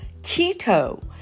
Keto